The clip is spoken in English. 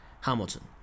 Hamilton